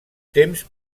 temps